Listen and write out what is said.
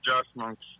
adjustments